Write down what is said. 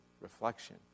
reflection